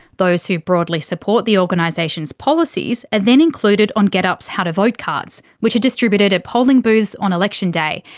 those who broadly support the organisation's policies are then included on getup! s how to vote cards, which are distributed at polling booths on election day.